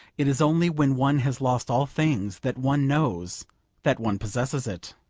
it is only when one has lost all things, that one knows that one possesses it.